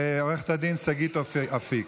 עו"ד שגית אפיק.